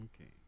Okay